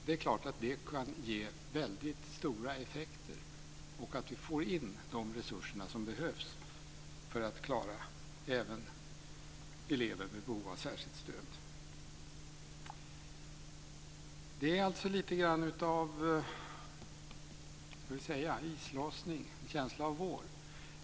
Det är klart att det kan ge väldigt stora effekter, dvs. att få in de resurser som behövs för att även klara elever med behov av särskilt stöd. Det är lite grann av islossning och känsla av vår.